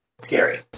scary